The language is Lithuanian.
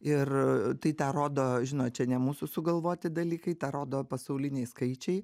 ir tai tą rodo žinot čia ne mūsų sugalvoti dalykai tą rodo pasauliniai skaičiai